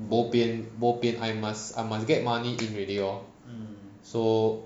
bo bian bo pian I must I must get money in already lor so